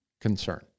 concern